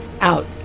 out